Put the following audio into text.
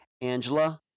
Angela